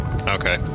Okay